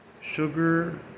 sugar